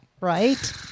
Right